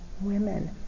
women